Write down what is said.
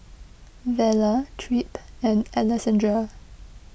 Vela Tripp and Alessandra